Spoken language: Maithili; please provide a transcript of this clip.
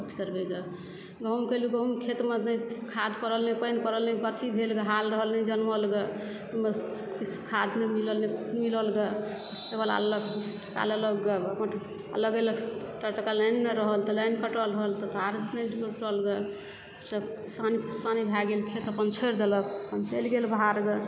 की करबै ग गाँव म कएलहुॅं गाँव मे खेत मे नहि खाद परल ने पानि परल ने अथी भेल ग हाल रहल ने जनमल ग खाद नहि मिलल ग दस टका लेलक ग बीस टका लेलक ग लगेलक सत्तर टका तऽ लाइने नहि रहल लाइन कटल रहल तऽ तार नहि जुटल ग सब परेशानी परेशानी भए गेल खेत अपन छोरि देलक अपन चलि गेल बाहर ग